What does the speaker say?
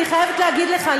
אני חייבת להגיד לך,